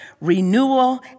renewal